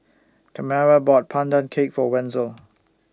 Tamara bought Pandan Cake For Wenzel